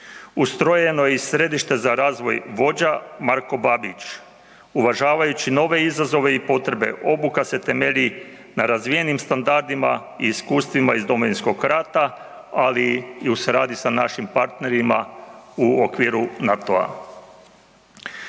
ustrojeno je i Središte za razvoj vođa Marko Babić, uvažavajući nove izazove i potrebe, obuka se temelji na razvijenim standardima i iskustvima iz Domovinskog rata, ali i u suradnji sa našim partnerima u okviru NATO-a.